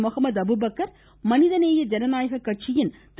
முஹமது அபுபக்கர் மனிதநேய ஜனநாயக கட்சியின் திரு